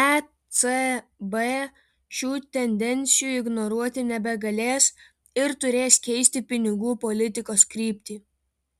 ecb šių tendencijų ignoruoti nebegalės ir turės keisti pinigų politikos kryptį